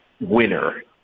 winner